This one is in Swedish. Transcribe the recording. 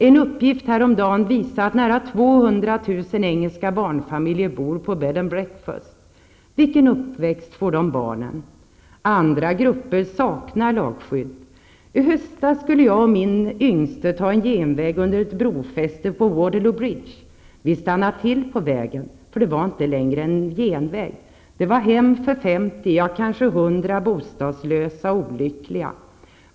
En uppgift häromdagen visar att nära 200 000 engelska barnfamiljer bor på ''bed and breakfast''. Vilken uppväxt får dessa barn? Andra grupper saknar lagskydd. I höstas skulle jag och mitt yngsta barn ta en genväg under ett brofäste på Waterloo bridge. Vi stannade till på vägen, eftersom det inte längre var en genväg utan ett hem för 50, ja, kanske 100, bostadslösa och olyckliga.